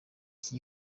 iki